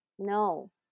no